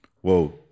Whoa